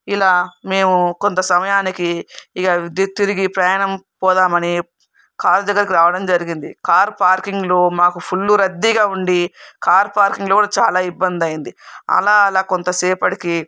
ఇలా మేము కొంత సమయానికి ఇక తిరిగి ప్రయాణం పోదామని కారు దగ్గరికి రావడం జరిగింది కారు పార్కింగ్లో మాకు ఫుల్ రద్దీగా ఉండి కార్ పార్కింగ్లో చాలా ఇబ్బంది అయింది అలా అలా కొంతసేపటికి